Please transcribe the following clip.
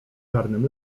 czarnym